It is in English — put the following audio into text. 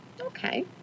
okay